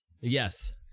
Yes